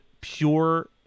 pure